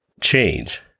change